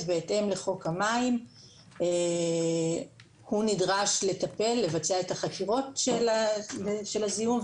אז בהתאם לחוק המים הוא נדרש לבצע את החקירות של הזיהום,